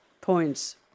points